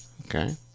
Okay